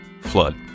Flood